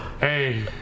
Hey